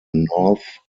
north